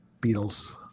Beatles